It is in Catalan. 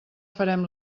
farem